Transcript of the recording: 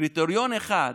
קריטריון אחד,